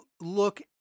look